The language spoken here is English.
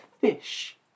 fish